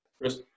Chris